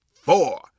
four